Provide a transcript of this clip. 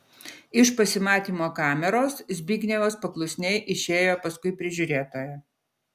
iš pasimatymo kameros zbignevas paklusniai išėjo paskui prižiūrėtoją